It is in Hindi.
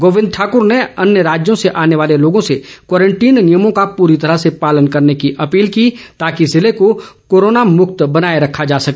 गोविंद ठाकूर ने अन्य राज्यों से आने वाले लोगों से क्वारंटीन नियमों का पूरी तरह पालन करने की अपील की है ताकि जिले को कोरोना मुक्त बनाए रखा जा सके